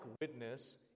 witness